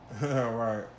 Right